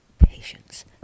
patience